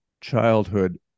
childhood